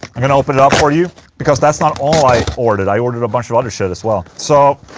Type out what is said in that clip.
i'm gonna open it up for you because that's not all i ordered, i ordered a bunch of other shit as well, so. ooh,